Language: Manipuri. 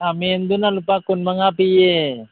ꯈꯥꯃꯦꯟꯗꯨꯅ ꯂꯨꯄꯥ ꯀꯨꯟꯃꯉꯥ ꯄꯤꯌꯦ